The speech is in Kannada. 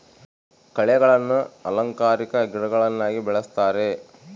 ಕಳೆಗಳನ್ನ ಅಲಂಕಾರಿಕ ಗಿಡಗಳನ್ನಾಗಿ ಬೆಳಿಸ್ತರೆ